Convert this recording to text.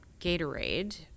Gatorade